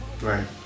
Right